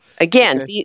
Again